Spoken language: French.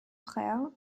frère